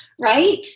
right